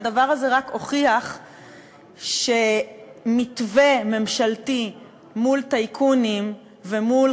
והדבר הזה רק הוכיח שמתווה ממשלתי מול טייקונים ומול